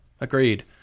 Agreed